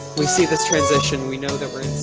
we see this transition, we know that we're